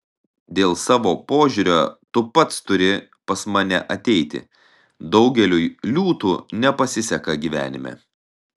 dėl savo požiūrio tu pats turi pas mane ateiti daugeliui liūtų nepasiseka gyvenime